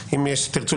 אם תרצו,